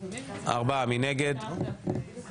לא חושדת,